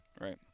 Right